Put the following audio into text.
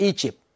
Egypt